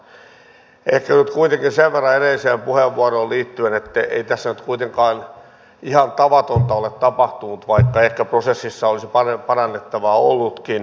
ehkä nyt kuitenkin sen verran edelliseen puheenvuoroon liittyen että ei tässä nyt kuitenkaan ihan tavatonta ole tapahtunut vaikka ehkä prosessissa olisi paljon parannettavaa ollutkin